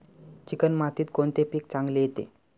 Chicken मातीत कोणते पीक चांगले येते?